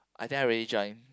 I think I already join